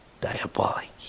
diabolic